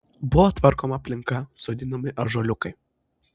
buvo tvarkoma aplinka sodinami ąžuoliukai